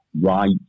right